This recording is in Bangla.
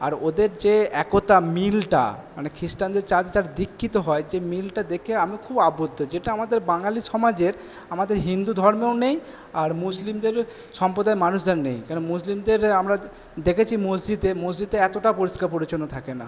আর ওদের যে একতা মিলটা মানে খ্রিস্টানদের চার্চে যারা দীক্ষিত হয় যে মিলটা দেখে আমি খুব আবদ্ধ যেটা আমাদের বাঙালি সমাজের আমাদের হিন্দু ধর্মেও নেই আর মুসলিমদেরও সম্প্রদায়ের মানুষজন নেই কারণ মুসলিমদের আমরা দেখেছি মসজিদে মসজিদে এতোটা পরিষ্কার পরিছন্ন থাকে না